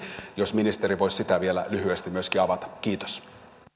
jos ministeri voisi sitä vielä lyhyesti myöskin avata kiitos